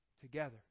together